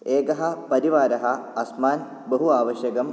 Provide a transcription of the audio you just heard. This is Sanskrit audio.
एकः परिवारः अस्मान् बहु आवश्यकं